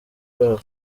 babo